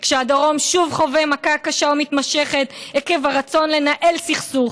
וכשהדרום שוב חווה מכה קשה ומתמשכת עקב הרצון לנהל סכסוך